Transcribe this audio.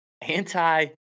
Anti –